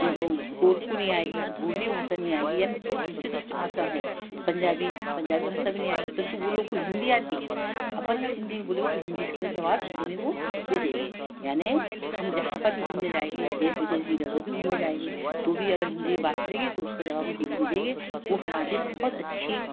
क्यो कोर्कू नहीं आएगी गोंडी भाषा नहीं आएगी यानी जो दूसरी दूसरी भाषा हैं पंजाबी पंजाबी भाषा भी नहीं आएगी परंतु वो लोग को हिंदी आती है अपन अगर हिंदी में बोलेंगे तो हिंदी इसका जवाब हिंदी में वो दे देंगे यानी हम जहाँ पर भी घूमने जाएँगे देश विदेश भी इधर उधर भी घूमने जाएँगे तो भी अगर हिंदी में बात करेंगे तो उसका जवाब वो हिंदी में देगे वो हमारे लिए बहुत अच्छी